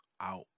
out